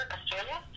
Australia